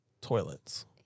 toilets